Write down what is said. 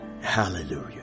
Hallelujah